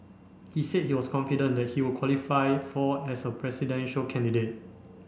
he said he was confident that he would qualify for as a presidential candidate